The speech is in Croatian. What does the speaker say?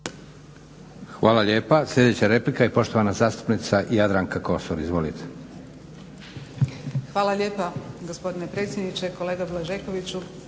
Hvala lijepa. Sljedeća replika i poštovana zastupnica Jadranka Kosor. Izvolite. **Kosor, Jadranka (HDZ)** Hvala lijepa gospodine predsjedniče. Kolega Blažekoviću